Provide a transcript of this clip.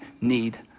need